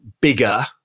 bigger